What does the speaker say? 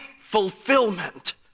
fulfillment